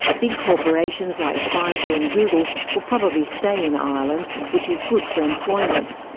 big corporations like pfizer and google will probably stay in ireland, which is good for employment.